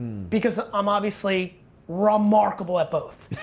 because i'm obviously remarkable at both.